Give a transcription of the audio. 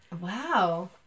Wow